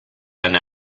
than